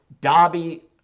Dobby